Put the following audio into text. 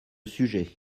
sujet